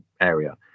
area